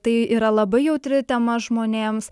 tai yra labai jautri tema žmonėms